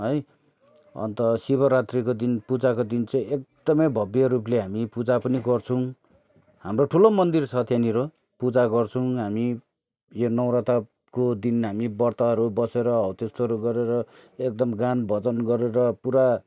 है अन्त शिवरात्रिको दिन पूजाको दिन चाहिँ एकदमै भब्य रूपले हामी पूजा पनि गर्छौँ हाम्रो ठुलो मन्दिर छ त्यहाँनिर पूजा गर्छौँ हामी यो नौरथाको दिन हामी ब्रतहरू बसेर हौ त्यस्तोहरू गरेर एकदम गान भजन गरेर पुरा